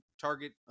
target